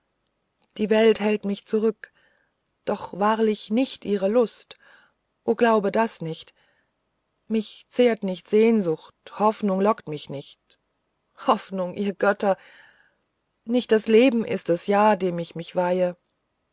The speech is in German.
die welt hält mich zurück doch wahrlich nicht mit ihrer lust o glaube das nicht mich zehrt nicht sehnsucht hoffnung lockt mich nicht hoffnung ihr götter nicht das leben ist es ja dem ich mich weihe